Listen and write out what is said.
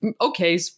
okay